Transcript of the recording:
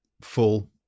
full